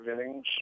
innings